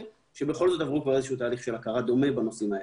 שעברו כבר תהליך הכרה דומה בנושאים האלה.